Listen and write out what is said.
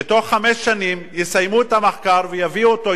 שבתוך חמש שנים יסיימו את המחקר ויביאו אותו,